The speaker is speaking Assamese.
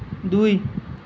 দুই